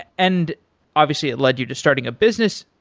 and obviously, it led you to starting a business.